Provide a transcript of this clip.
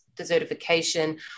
desertification